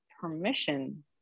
permission